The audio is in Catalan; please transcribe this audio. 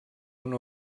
una